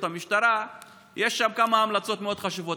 המשטרה יש כמה המלצות מאוד חשובות.